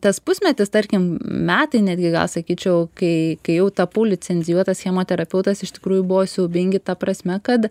tas pusmetis tarkim metai netgi gal sakyčiau kai kai jau tapau licencijuotas chemoterapeutas iš tikrųjų buvo siaubingi ta prasme kad